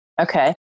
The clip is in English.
Okay